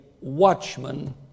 watchman